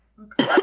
Okay